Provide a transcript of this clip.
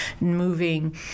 moving